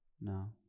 No